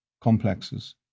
complexes